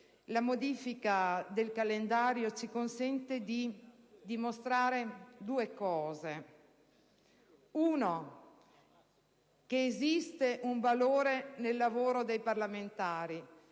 la modifica del calendario ci consenta di dimostrare due fatti. In primo luogo, esiste un valore nel lavoro dei parlamentari